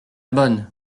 bonne